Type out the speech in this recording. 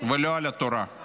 לא על דרך ארץ ולא על התורה,